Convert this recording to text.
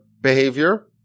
behavior